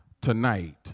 tonight